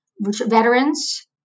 veterans